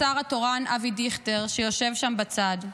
לשר התורן אבי דיכטר שיושב שם בצד.